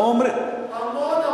המון,